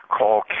call